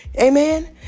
Amen